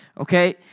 okay